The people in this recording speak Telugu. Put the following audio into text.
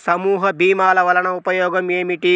సమూహ భీమాల వలన ఉపయోగం ఏమిటీ?